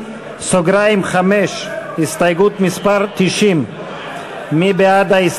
קבוצת סיעת רע"ם-תע"ל-מד"ע,